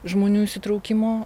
žmonių įsitraukimo